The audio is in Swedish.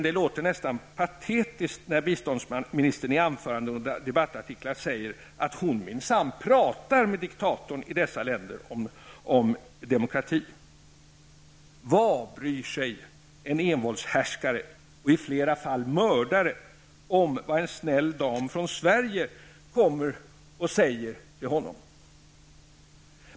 Det låter nästan patetiskt när biståndsministern i anföranden och debattartiklar säger att hon pratar med diktatorn i dessa länder om demokrati. Vad bryr sig en envåldshärskare och i flera fall mördare om vad en snäll dam från Sverige säger till honom?